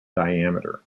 diameter